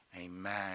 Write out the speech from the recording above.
Amen